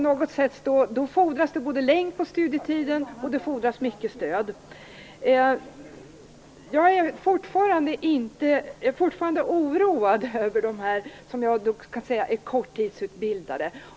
Då fordras det längd på studietiden och det fordras mycket stöd. Jag är fortfarande oroad över dem som vi kan säga är korttidsutbildade.